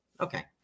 Okay